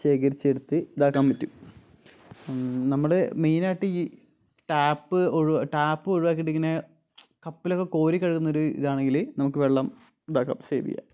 ശേഖരിച്ചെടുത്ത് ഇതാക്കാൻ പറ്റും നമ്മള് മെയിനായിട്ട് ഈ ടാപ്പ് ഒഴിവാക്കിയിട്ടിങ്ങനെ കപ്പിലൊക്കെ കോരി കഴുകുന്നൊരു ഇതാണെങ്കില് നമുക്ക് വെള്ളം ഇതാക്കാം സേവ് ചെയ്യാം